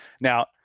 Now